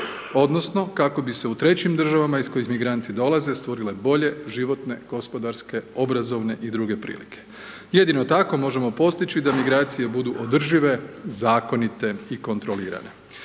odnosno kako bi se u trećim državama iz kojih migranti dolaze, stvorile bolje životne, gospodarske, obrazovne i druge prilike. Jedino tako možemo postići da migracije budu održive, zakonite i kontrolirane.